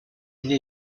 для